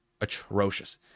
atrocious